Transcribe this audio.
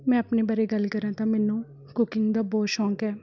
ਮੈਂ ਆਪਣੇ ਬਾਰੇ ਗੱਲ ਕਰਾਂ ਤਾਂ ਮੈਨੂੰ ਕੁਕਿੰਗ ਦਾ ਬਹੁਤ ਸ਼ੌਂਕ ਹੈ